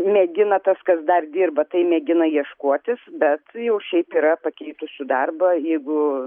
mėgina tas kas dar dirba tai mėgina ieškotis bet jau šiaip yra pakeitusių darbą jeigu